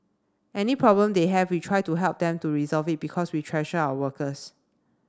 any problem they have we try to help them to resolve it because we treasure our workers